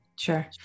Sure